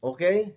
Okay